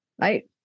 Right